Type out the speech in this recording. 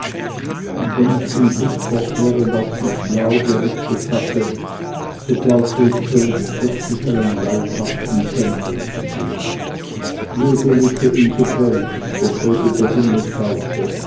und wenn ich den blick fortwährend auf dies blau gerichtet hatte so glaubte ich zuletzt wirklich einen leibhaften tempel zu sehen jede lücke im gebälke durch welche der himmel schaute